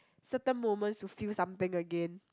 certain moments to feel something again